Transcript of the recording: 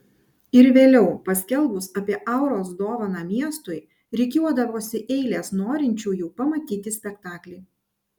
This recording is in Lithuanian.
ir vėliau paskelbus apie auros dovaną miestui rikiuodavosi eilės norinčiųjų pamatyti spektaklį